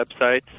websites